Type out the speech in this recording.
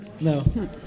No